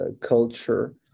culture